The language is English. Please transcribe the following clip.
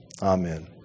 Amen